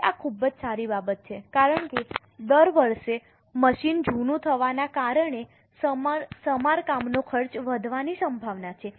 હવે આ ખૂબ જ સારી બાબત છે કારણ કે દર વર્ષે મશીન જૂનું થવાના કારણે સમારકામનો ખર્ચ વધવાની સંભાવના છે